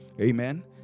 amen